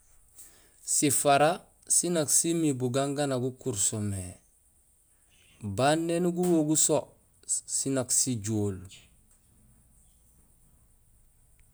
Sifara siin nak simiir bugaan ganja gukuur so mé. Baan néni guwoguul so sén nak sijool.